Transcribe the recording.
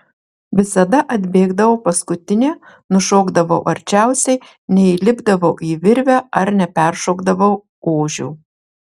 visada atbėgdavau paskutinė nušokdavau arčiausiai neįlipdavau į virvę ar neperšokdavau ožio